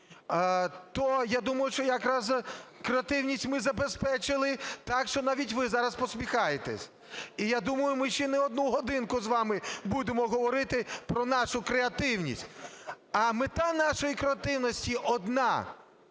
то я думаю, що якраз креативність ми забезпечили, так що навіть ви зараз посміхаєтесь. І я думаю, ми ще не одну годинку з вами будемо говорити про нашу креативність. А мета нашої креативності одна